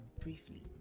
briefly